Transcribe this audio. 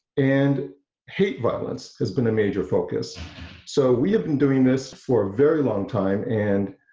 and hate violence has been a major focus so we have been doing this for a very long time and